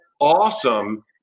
awesome